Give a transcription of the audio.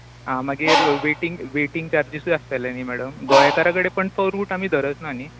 आं मागीर waiting waiting चार्जीसूय आसतले न्हय मॅडम गोंयकारा कडेन पूण तो रूट आमी धरचना न्हय